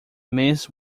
miss